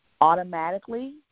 automatically